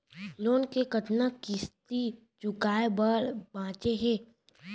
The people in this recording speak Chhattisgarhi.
लोन के कतना किस्ती चुकाए बर बांचे हे?